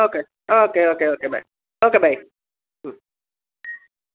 okay okay okay okay bye okay bye